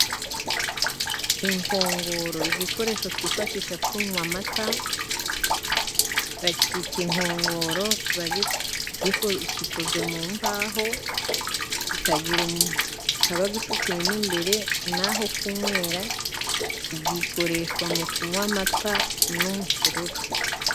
Inkongoro, igikoresho twifashisha tunywa amata, bacyita inkongoro, kiba gikozwe mu mbaho, kikaba gicukuyemo imbere, naho kunywera, gikoreshwa mu kunywa amata n'umusururu.